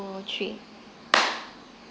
three